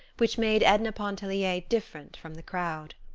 which made edna pontellier different from the crowd.